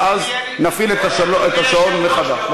ואז נפעיל את השעון מחדש.